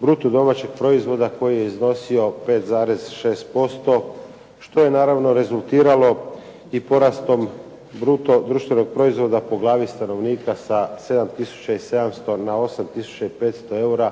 bruto domaćeg proizvoda koji je iznosio 5,6% što je naravno rezultiralo i porastom bruto društvenog proizvoda po glavi stanovnika sa 7700 na 8500 eura,